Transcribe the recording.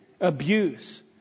Abuse